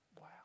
Wow